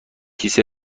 کیسه